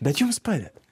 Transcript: bet jums padeda